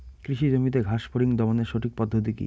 কৃষি জমিতে ঘাস ফরিঙ দমনের সঠিক পদ্ধতি কি?